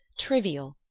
trivial,